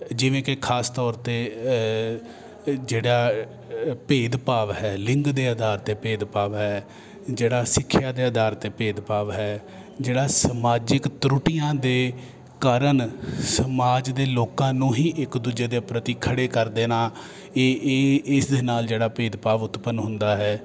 ਜਿਵੇਂ ਕਿ ਖਾਸ ਤੌਰ 'ਤੇ ਜਿਹੜਾ ਭੇਦਭਾਵ ਹੈ ਲਿੰਗ ਦੇ ਆਧਾਰ 'ਤੇ ਭੇਦਭਾਵ ਹੈ ਜਿਹੜਾ ਸਿੱਖਿਆ ਦੇ ਅਧਾਰ 'ਤੇ ਭੇਦਭਾਵ ਹੈ ਜਿਹੜਾ ਸਮਾਜਿਕ ਤਰੁਟੀਆਂ ਦੇ ਕਾਰਨ ਸਮਾਜ ਦੇ ਲੋਕਾਂ ਨੂੰ ਹੀ ਇੱਕ ਦੂਜੇ ਦੇ ਪ੍ਰਤੀ ਖੜੇ ਕਰ ਦੇਣਾ ਇਹ ਇਹ ਇਸ ਦੇ ਨਾਲ ਜਿਹੜਾ ਭੇਦਭਾਵ ਉਤਪੰਨ ਹੁੰਦਾ ਹੈ